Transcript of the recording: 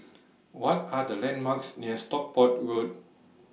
What Are The landmarks near Stockport Road